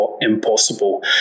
impossible